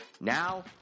Now